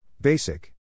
Basic